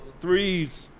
threes